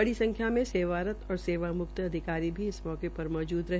बड़ी संख्या में सेवारत और सेवामुक्त अधिकारी भी इस अवसर पर मौजूद रहे